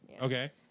Okay